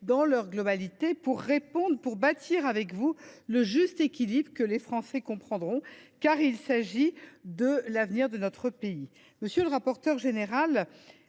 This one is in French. dans leur globalité, pour bâtir le juste équilibre que les Français comprendront, car il y va de l’avenir de notre pays. Monsieur le rapporteur général,